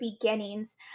beginnings